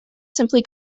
simply